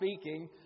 speaking